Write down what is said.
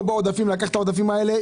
לא בעודפים ולקחת את העודפים האלה,